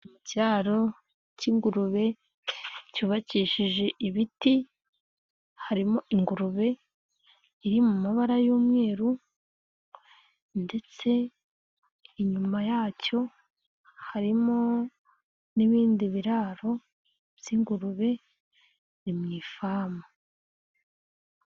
Ikiraro cy'ingurube cyubakishije ibiti, harimo ingurube iri mu mabara y'umweru ndetse inyuma yacyo harimo n'ibindi biraro by'ingurube, ni mu ifamu.